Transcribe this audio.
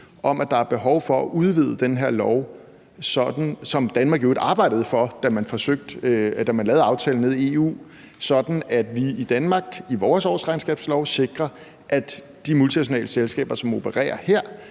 i, at der er behov for at udvide den her lov, sådan som Danmark i øvrigt arbejdede for, da man lavede aftalen nede i EU, sådan at vi i Danmark i vores årsregnskabslov sikrer, at de multinationale selskaber, som opererer her,